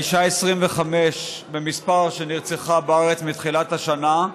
האישה ה-25 במספר שנרצחה בארץ מתחילת השנה.